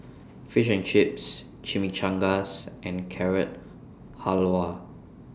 Fish and Chips Chimichangas and Carrot Halwa